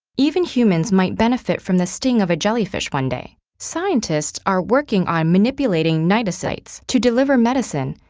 even humans might benefit from the sting of a jellyfish one day. scientists are working on manipulating cnidocytes to deliver medicine,